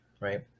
Right